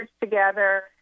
together